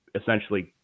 essentially